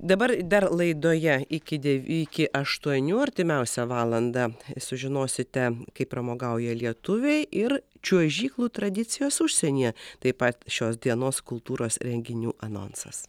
dabar dar laidoje iki devy iki aštuonių artimiausią valandą sužinosite kaip pramogauja lietuviai ir čiuožyklų tradicijos užsienyje taip pat šios dienos kultūros renginių anonsas